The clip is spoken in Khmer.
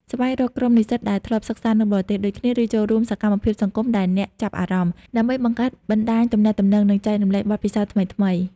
ស្វែងរកក្រុមនិស្សិតដែលធ្លាប់សិក្សានៅបរទេសដូចគ្នា ឬចូលរួមសកម្មភាពសង្គមដែលអ្នកចាប់អារម្មណ៍ ដើម្បីបង្កើតបណ្តាញទំនាក់ទំនង និងចែករំលែកបទពិសោធន៍ថ្មីៗ។